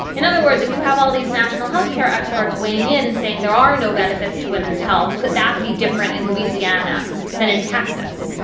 in other words, if you have all these national health care experts weighing in and saying there are no benefits to women's health. could that be different in louisiana than in texas?